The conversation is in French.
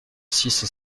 six